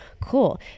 cool